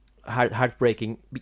heartbreaking